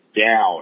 down